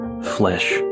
flesh